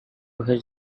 his